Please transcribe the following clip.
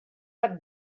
cap